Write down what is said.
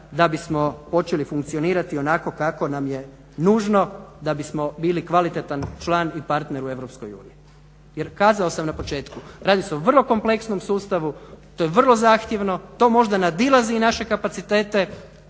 da bismo počeli funkcionirati onako kako nam je nužno da bismo bili kvalitetan član i partner u EU. Jer kazao sam na početku radi se o vrlo kompleksnom sustavu, to je vrlo zahtjevno, to možda i nadilazi naše kapacitete